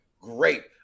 great